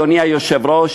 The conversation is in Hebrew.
אדוני היושב-ראש,